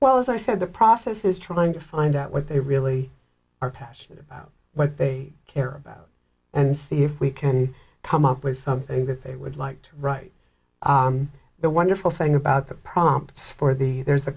well as i said the process is trying to find out what they really are passionate about what they care about and see if we can come up with something that they would like to write the wonderful thing about the prompts for the there's a